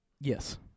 Yes